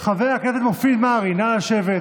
חבר הכנסת מרעי, חבר הכנסת מופיד מרעי, נא לשבת.